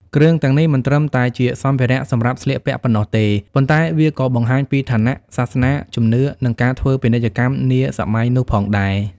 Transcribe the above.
គ្រឿងទាំងនេះមិនត្រឹមតែជាសម្ភារៈសម្រាប់ស្លៀកពាក់ប៉ុណ្ណោះទេ ប៉ុន្តែវាក៏បង្ហាញពីឋានៈ សាសនា ជំនឿ និងការធ្វើពាណិជ្ជកម្មនាសម័យនោះផងដែរ។